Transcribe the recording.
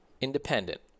Independent